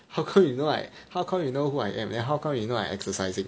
how come you know I who I am then how come you know I am exercising